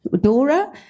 Dora